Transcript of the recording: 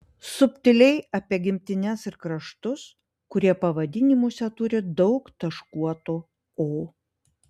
subtiliai apie gimtines ir kraštus kurie pavadinimuose turi daug taškuotų o